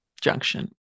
junction